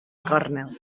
gornel